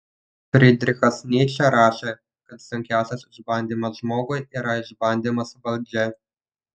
frydrichas nyčė rašė kad sunkiausias išbandymas žmogui yra išbandymas valdžia